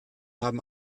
haben